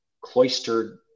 cloistered